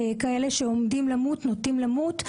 כאלה הנוטים למות,